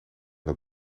dat